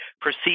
proceed